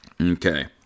Okay